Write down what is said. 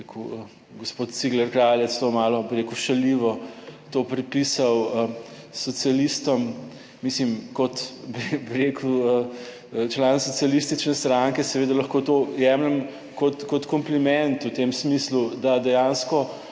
gospod Cigler Kralj, je celo, malo bi rekel šaljivo to pripisal socialistom. Mislim, kot bi rekel član Socialistične stranke, seveda lahko to jemljem kot kompliment v tem smislu, da dejansko